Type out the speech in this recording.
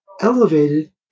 elevated